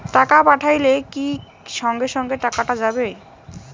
টাকা পাঠাইলে কি সঙ্গে সঙ্গে টাকাটা যাবে?